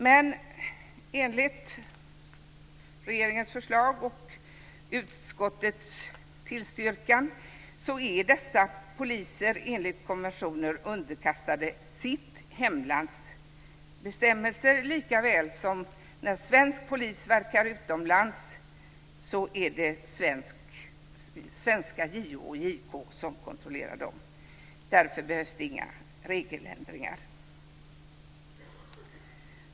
Men enligt regeringens förslag och utskottets tillstyrkan är dessa poliser enligt konventionen underkastade sitt hemlands bestämmelser likaväl som när svenska poliser utövar myndighet i en annan Schengenstat, då är det JO och JK som kontrollerar dem. Därför behövs det inga regeländringar.